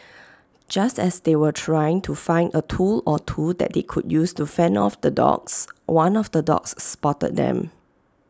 just as they were trying to find A tool or two that they could use to fend off the dogs one of the dogs spotted them